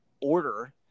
order